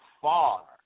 far